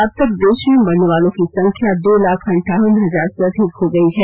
अब तक देश में मरने वालों की संख्या दो लाख अंठावन हजार से अधिक हो गई है